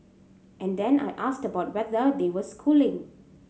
and then I asked about whether they were schooling